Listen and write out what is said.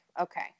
Okay